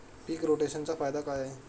पीक रोटेशनचा फायदा काय आहे?